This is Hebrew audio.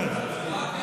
הפיגוע שהיה ביום שישי.